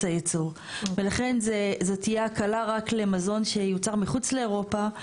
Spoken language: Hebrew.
הייצור ולכן זו תהיה הקלה רק למזון שיוצר מחוץ לאירופה,